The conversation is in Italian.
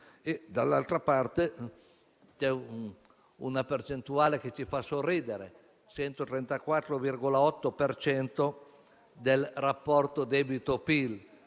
Dall'altra parte, c'è una percentuale che ci fa sorridere: 134,8 per cento del rapporto debito-PIL.